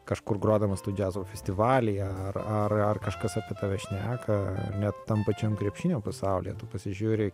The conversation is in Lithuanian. kažkur grodamas tu džiazo festivalyje ar ar ar kažkas apie tave šneka net tam pačiam krepšinio pasaulyje tu pasižiūri